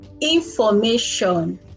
information